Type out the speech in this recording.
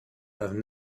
have